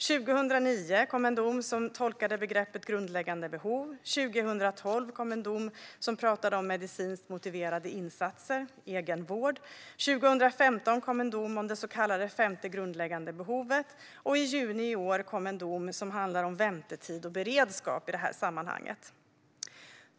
År 2009 kom en dom som tolkade begreppet grundläggande behov, 2012 kom en dom som pratade om medicinskt motiverade insatser, egenvård, 2015 kom en dom om det så kallade femte grundläggande behovet och i juni i år kom en dom som handlade om väntetid och beredskap i det här sammanhanget.